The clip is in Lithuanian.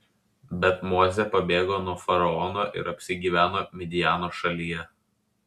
bet mozė pabėgo nuo faraono ir apsigyveno midjano šalyje